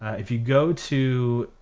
if you go to.